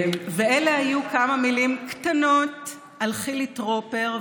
אלה היו כמה מילים קטנות על חילי טרוֹפר,